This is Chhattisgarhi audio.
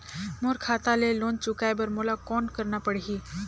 मोर खाता ले लोन चुकाय बर मोला कौन करना पड़ही?